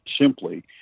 simply